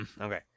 Okay